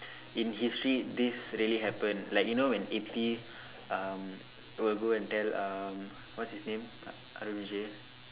in history this really happen like you know when Ethi um will go and tell um what's his name A~ Arun Vijay